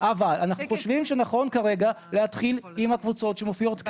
אבל אנחנו חושבים שנכון כרגע להתחיל עם הקבוצות שמופיעות כאן.